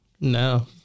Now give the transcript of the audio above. No